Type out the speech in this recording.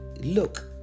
look